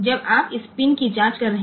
जब आप इस पिन की जाँच कर रहे हैं